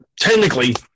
technically